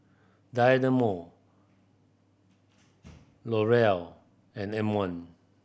Dynamo L'Oreal and M One